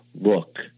look